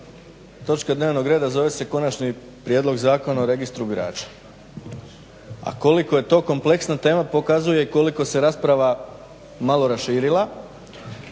točka dnevnog reda zove se : Konačni prijedlog zakona o registru birača. A koliko je to kompleksna tema pokazuje koliko se rasprava malo raširila.